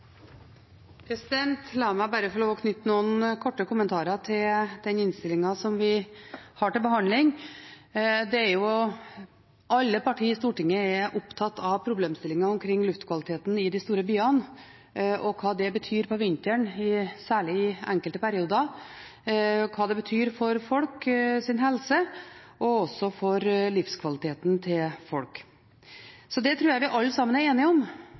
La meg bare få lov til å knytte noen korte kommentarer til den innstillingen vi har til behandling. Alle partier i Stortinget er opptatt av problemstillinger omkring luftkvaliteten i de store byene, og hva det betyr på vinteren, særlig i enkelte perioder, hva det betyr for folks helse og også for livskvaliteten til folk. Dette er noe jeg tror vi alle sammen er enige om